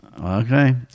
Okay